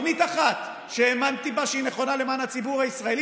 תוכנית אחת שהאמנתי בה שהיא נכונה למען הציבור הישראלי,